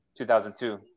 2002